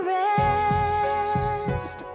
rest